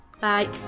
Bye